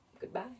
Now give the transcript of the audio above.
goodbye